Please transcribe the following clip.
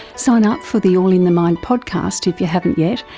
sign up for the all in the mind podcast, if you haven't yet,